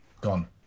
gone